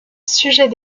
sujet